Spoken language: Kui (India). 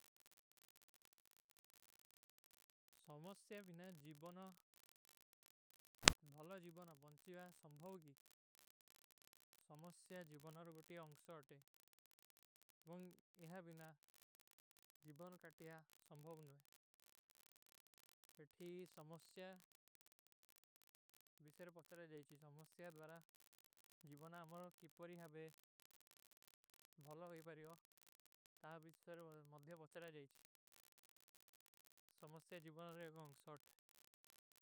ସମସ୍ଯା ଭୀନା ଜୀବନା ଅତ ଭଲା ଜୀବନା ବଂଚିଵା ସମ୍ଭାଵଗୀ। ସମସ୍ଯା ଜୀବନାର ଗୋଟୀ ଅଂଗ୍ଷଵ ଅଥେ। ବଂଗ ଯହା ଭୀନା ଜୀବନା କାଟିଯା ସମ୍ଭାଵଗୂନ ଭୈ। ଏଠୀ ସମସ୍ଯା ଵିଶେର ପଚରା ଜାଈଚୀ। ସମସ୍ଯା ଦ୍ଵାରା ଜୀବନା ଅମରୋ କିପରୀ ହାବେ ଭଲା ହୋଈ ପରିଯୋ। ତା ଵିଶେର ମଧ୍ଯା ପଚରା ଜାଈଚୀ। ସମସ୍ଯା ଜୀବନାର ଏକ ଅଂଗ୍ଷଵଟ।